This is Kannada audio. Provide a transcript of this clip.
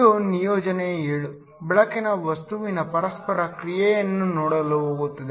ಇದು ನಿಯೋಜನೆ 7 ಬೆಳಕಿನ ವಸ್ತುವಿನ ಪರಸ್ಪರ ಕ್ರಿಯೆಯನ್ನು ನೋಡಲು ಹೋಗುತ್ತದೆ